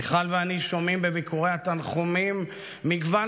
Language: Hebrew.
מיכל ואני שומעים בביקורי התנחומים מגוון